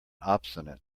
obstinate